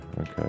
Okay